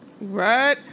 right